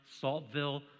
Saltville